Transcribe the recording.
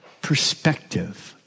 perspective